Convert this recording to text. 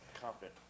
confident